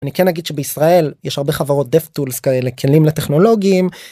אני כן אגיד שבישראל יש הרבה חברות dev tools כאלה, כלים לטכנולוגים.